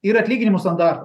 ir atlyginimų sodarta